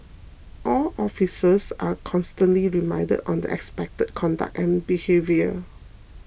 all officers are constantly reminded on the expected conduct and behaviour